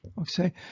Okay